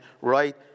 right